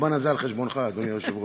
הזמן הזה על חשבונך, אדוני היושב-ראש.